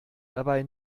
dabei